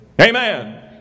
Amen